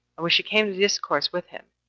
and when she came to discourse with him,